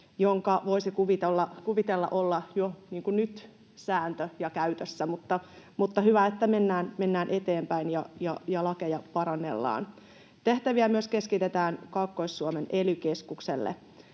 jonka voisi kuvitella olevan jo nyt sääntö ja käytössä, mutta hyvä, että mennään eteenpäin ja lakeja parannellaan. Tehtäviä myös keskitetään Kaakkois-Suomen ely-keskukselle.